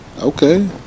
Okay